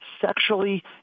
sexually